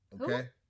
okay